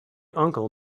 uncle